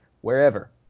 wherever